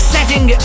Setting